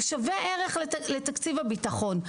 הוא שווה ערך לתקציב הביטחון.